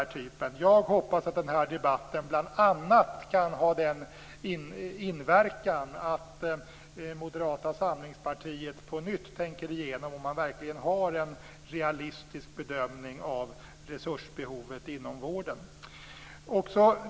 Jag hoppas att den här debatten bl.a. kan ha den inverkan att Moderata samlingspartiet på nytt tänker igenom om man verkligen har en realistisk bedömning av resursbehovet inom vården.